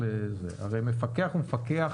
אבל מפקח הוא פקח